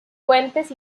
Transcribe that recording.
puentes